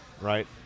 right